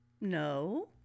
No